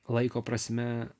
laiko prasme